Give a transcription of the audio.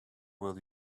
will